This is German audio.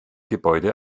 gebäude